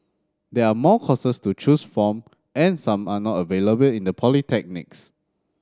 there are more courses to choose from and some are not available in the polytechnics